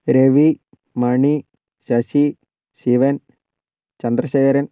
Ravi Mani Sasi Sivan Chandrasekharan